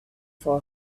for